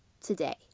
today